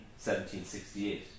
1768